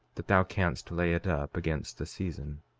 that thou canst lay it up against the season.